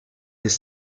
des